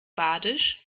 badisch